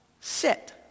sit